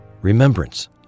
remembrance